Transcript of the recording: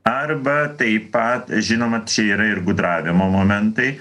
arba taip pat žinoma čia yra ir gudravimo momentai